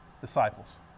disciples